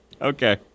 Okay